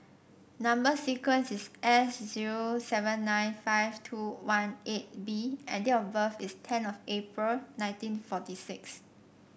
number sequence is S zero seven nine five two one eight B and date of birth is ten of April nineteen forty six